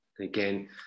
Again